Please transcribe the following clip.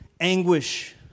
anguish